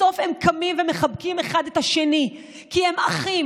בסוף הם קמים ומחבקים אחד את השני כי הם אחים.